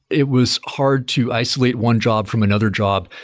it was hard to isolate one job from another job,